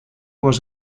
was